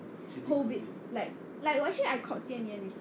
COVID like like actually I called jian yan before